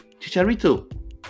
Chicharito